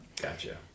Gotcha